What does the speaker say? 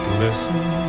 listen